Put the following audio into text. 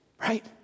right